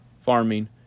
farming